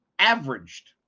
averaged